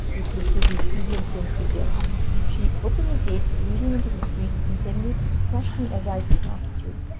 which would give me speedy and painful death she opened the gate leading into the street, intending to crush me as i passed through.